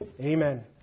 Amen